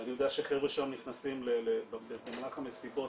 אני יודע שחבר'ה שם נכנסים במהלך המסיבות,